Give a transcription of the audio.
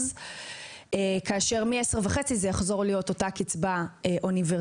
אחוז; מעשר וחצי זה יחזור להיות אותה קצבה אוניברסלית.